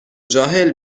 جاهل